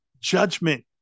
judgment